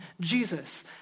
Jesus